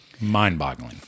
mind-boggling